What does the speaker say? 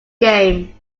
game